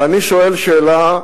ואני שואל שאלה,